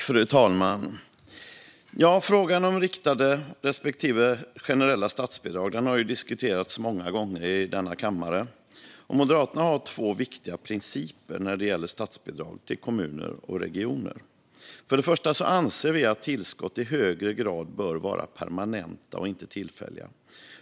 Fru talman! Frågan om riktade respektive generella statsbidrag har diskuterats många gånger i denna kammare. Moderaterna har två viktiga principer när det gäller statsbidrag till kommuner och regioner. För det första anser vi att tillskott i högre grad bör vara permanenta och inte tillfälliga.